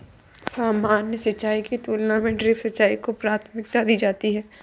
सामान्य सिंचाई की तुलना में ड्रिप सिंचाई को प्राथमिकता दी जाती है